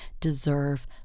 deserve